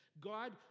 God